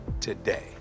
Today